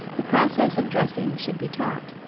the process of dressing should be taught.